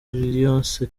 liliose